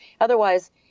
otherwise